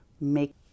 make